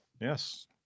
yes